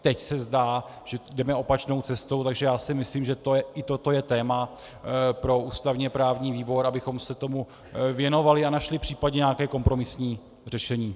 Teď se zdá, že jdeme opačnou cestou, takže si myslím, že i toto je téma pro ústavněprávní výbor, abychom se tomu věnovali a našli případně nějaké kompromisní řešení.